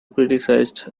criticized